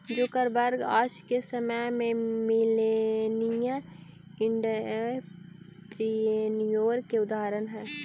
Zuckerberg आज के समय में मिलेनियर एंटरप्रेन्योर के उदाहरण हई